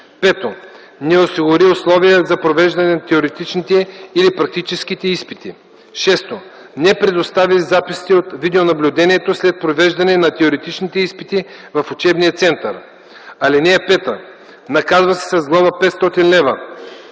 3; 5. не осигури условия за провеждане на теоретичните или практическите изпити; 6. не предостави записите от видеонаблюдението след провеждане на теоретичните изпити в учебния център. (5) Наказва се с глоба 500 лв.